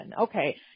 Okay